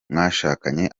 mwashakanye